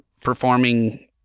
performing